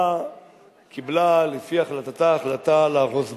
שממשלה קיבלה, לפי החלטתה, החלטה להרוס בתים,